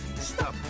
stop